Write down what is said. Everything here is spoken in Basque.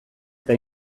eta